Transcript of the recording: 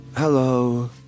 Hello